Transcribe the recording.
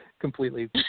completely